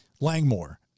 Langmore